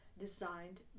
designed